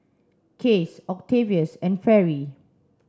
Case Octavius and Fairy